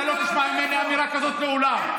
אתה לא תשמע ממני אמירה כזאת לעולם.